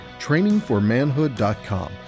trainingformanhood.com